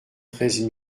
treize